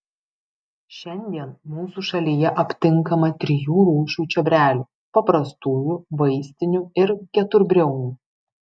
šiandien mūsų šalyje aptinkama trijų rūšių čiobrelių paprastųjų vaistinių ir keturbriaunių